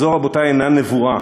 וזו, רבותי, אינה נבואה,